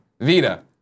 Vita